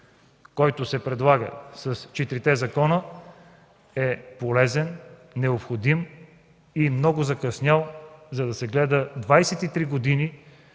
който се предлага в пакет – четирите закона, е полезен, необходим, но много закъснял, за да се гледа 23 години